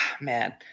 man